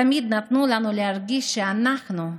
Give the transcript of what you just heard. תמיד נתנו לנו להרגיש שאנחנו,